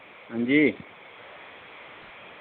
हांजी